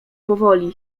powoli